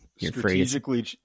Strategically